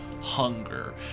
hunger